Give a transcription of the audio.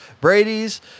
Brady's